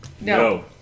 No